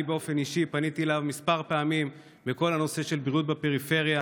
אני באופן אישי פניתי אליו כמה פעמים בכל הנושא של בריאות בפריפריה,